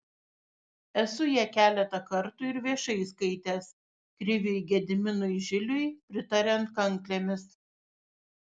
esu ją keletą kartų ir viešai skaitęs kriviui gediminui žiliui pritariant kanklėmis